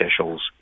officials